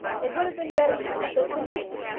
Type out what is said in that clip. it would have been better for him to send for me.